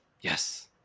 Yes